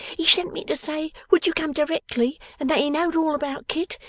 he sent me to say would you come directly, and that he knowed all about kit,